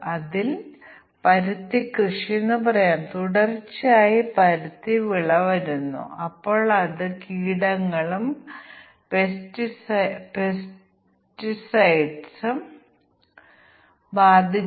അതിനാൽ സ്ക്രീനിനും കീബോർഡ് സ്ക്രീനിനും ഓറിയന്റേഷനും ഓറിയന്റേഷനും കീബോർഡും തമ്മിലുള്ള ഓരോ ജോഡി മൂല്യങ്ങളും ഇല്ലെങ്കിൽ